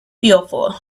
fearful